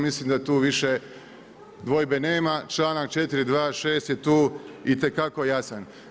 Mislim da tu više dvojbe nema, članak 426. je tu itekako jasan.